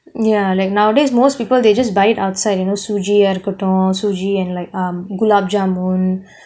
ya like nowadays most people they just buy it outside you know suji ah இருக்கட்டும்:irukatum suji and like um gulab jamun